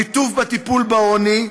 ליטוף בטיפול בעוני,